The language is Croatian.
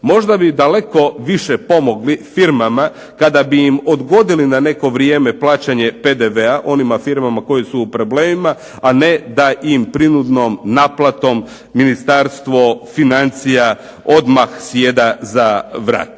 Možda bi daleko više pomogli firmama kada bi im odgodili na neko vrijeme plaćanje PDV-a, onim firmama koje su u problemima, a ne da im prinudnom naplatom Ministarstvo financija odmah sjeda za vrat.